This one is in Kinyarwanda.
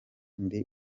ndi